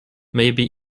maybe